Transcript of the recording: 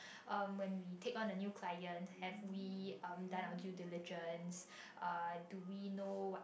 um when we take on a new client have we um done our due diligence uh do we know what